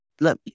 let